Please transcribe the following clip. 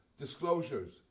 Disclosures